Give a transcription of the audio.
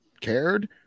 cared